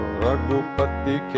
ragupati